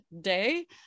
day